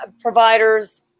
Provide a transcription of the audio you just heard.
providers